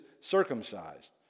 circumcised